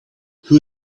who